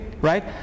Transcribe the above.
right